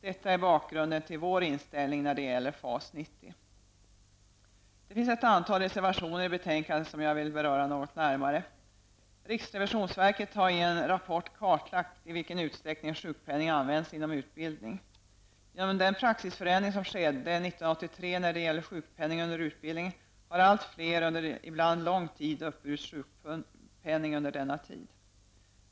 Detta är bakgrunden till vår inställning när det gäller FAS90. Det finns ett antal reservationer i betänkandet som jag vill beröra något närmare. Riksrevisionsverket har i en rapport kartlagt i vilken utsträckning sjukpenning används inom utbildningen. Genom den praxisförändring som skedde 1983 när det gäller sjukpenning under utbildning har allt fler under ibland lång tid uppburit sjukpenning under utbildningstiden.